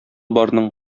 барның